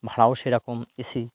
ভাড়াও সেরকম A C